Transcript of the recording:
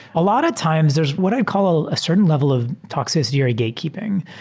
a lot of times there's what i call ah a certain level of toxicity or a gatekeeping.